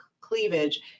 cleavage